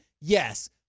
yes